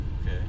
Okay